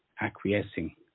acquiescing